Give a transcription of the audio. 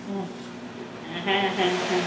হ্যাঁ হ্যাঁ হ্যাঁ হ্যাঁ হ্যাঁ